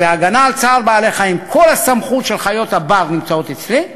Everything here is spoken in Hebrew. בהגנה על צער בעלי-חיים כל הסמכויות של חיות הבר נמצאות אצלי,